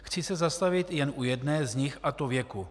Chci se zastavit jen u jedné z nich, a to věku.